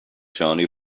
journey